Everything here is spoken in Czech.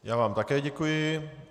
Já vám také děkuji.